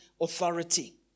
authority